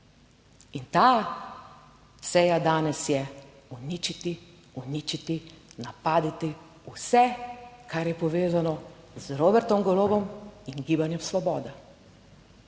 In ta seja danes je uničiti, uničiti, napadati vse, kar je povezano z Robertom Golobom in Gibanjem Svoboda.